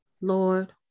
Lord